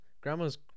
Grandma's